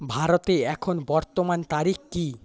ভারতে এখন বর্তমান তারিখ কী